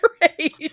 right